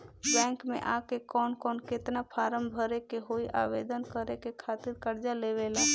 Bank मे आ के कौन और केतना फारम भरे के होयी आवेदन करे के खातिर कर्जा लेवे ला?